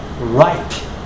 right